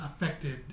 affected